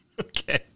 Okay